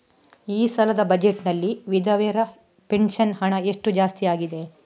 ಈ ಸಲದ ಬಜೆಟ್ ನಲ್ಲಿ ವಿಧವೆರ ಪೆನ್ಷನ್ ಹಣ ಎಷ್ಟು ಜಾಸ್ತಿ ಆಗಿದೆ?